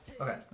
Okay